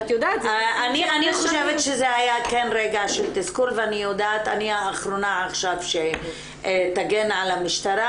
אני חושבת שזה היה כן רגע של תסכול ואני אחרונה עכשיו שתגן על המשטרה,